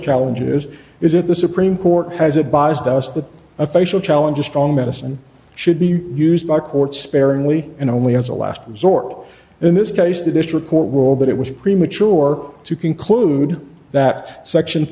challenges is that the supreme court has advised us that a facial challenge a strong medicine should be used by courts sparingly and only as a last resort and in this case the district court ruled that it was premature to conclude that section